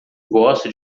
gosto